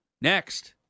Next